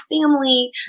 family